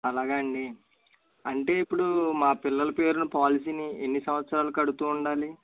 అలాగా అండి అంటే ఇప్పుడు మా పిల్లల పేరున పాలసీని ఎన్ని సంవత్సరాలు కడుతూ ఉండాలి